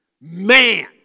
man